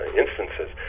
instances